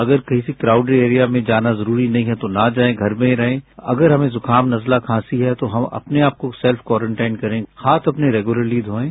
अगर किसी crowded area में जाना जरूरी नहीं है तो ना जाए घर में रहे अगर हमे जुकाम नजला खांसी है तो हम अपने आपको सेल्फ क्वरेंटाइन करें हाथ अपने रेगुलररी धोयें